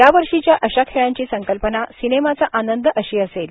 यावर्षीच्या अशा खेळांची संकल्पना सिनेमाचा आनंद अशी असेल